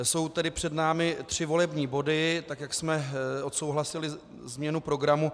Jsou tedy před námi tři volební body, tak jak jsme odsouhlasili změnu programu.